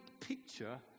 picture